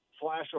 flash